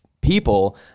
people